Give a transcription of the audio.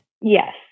Yes